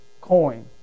coin